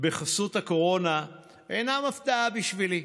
בחסות הקורונה אינם הפתעה בשבילי.